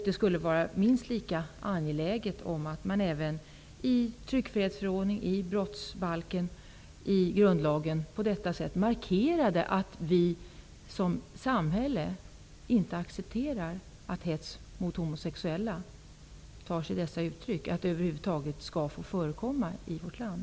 Det skulle vara minst lika angeläget att man även i tryckfrihetsförordningen, i brottsbalken och i grundlagen markerade att vi som samhälle inte accepterar att hets mot homosexuella tar sig dessa uttryck, att de över huvud taget skall få förekomma i vårt land.